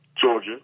Georgia